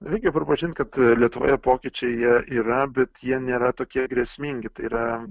reikia pripažint kad lietuvoje pokyčiai jie yra bet jie nėra tokie grėsmingi tai yra